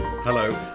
Hello